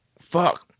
fuck